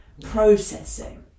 processing